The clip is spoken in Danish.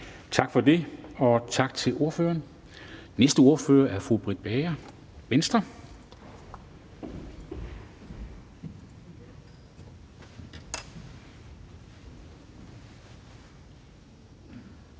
Tak for det, og tak til ordføreren. Næste ordfører er fru Britt Bager, Venstre.